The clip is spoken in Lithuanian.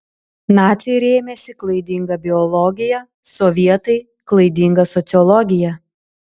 naciai rėmėsi klaidinga biologija sovietai klaidinga sociologija